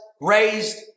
raised